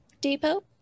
depot